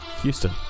Houston